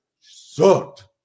sucked